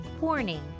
Warning